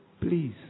Please